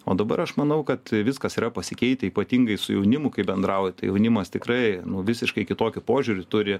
o dabar aš manau kad viskas yra pasikeitę ypatingai su jaunimu kai bendraujat tai jaunimas tikrai nu visiškai kitokį požiūrį turi